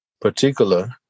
particular